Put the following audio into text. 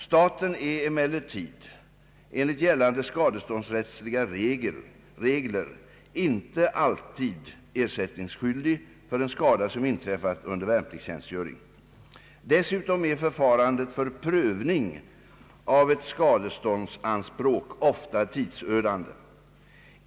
Staten är emellertid enligt gällande skadeståndsrättsliga regler inte alltid ersättningsskyldig för en skada som inträffat under värnpliktstjänstgöring. Dessutom är förfarandet för prövning av ett skadeståndsanspråk ofta tidsödande.